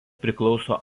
priklauso